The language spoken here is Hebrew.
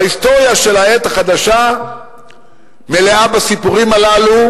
וההיסטוריה של העת החדשה מלאה בסיפורים הללו,